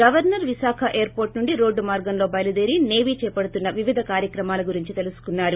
governor Visakha air పోర్లు నుండి రోడ్లు మార్గంలో బయలుదేరి సేవీ చేపడుతున్న వివిధ కార్యక్రమాలు గురించి తెలుసుకున్నారు